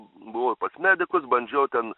buvau ir pas medikus bandžiau ten